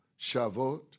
Shavuot